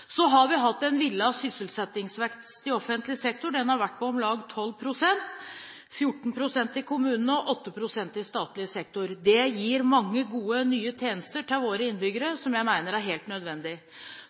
Så har vi hatt en villet sysselsettingsvekst i offentlig sektor. Den har vært på om lag 12 pst.–14 pst. i kommunene og 8 pst. i statlig sektor. Det gir mange gode nye tjenester til våre innbyggere,